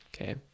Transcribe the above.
Okay